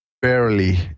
Barely